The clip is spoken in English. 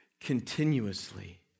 continuously